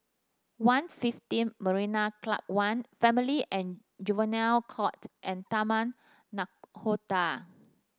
One Fifteen Marina Club One Family and Juvenile Court and Taman Nakhoda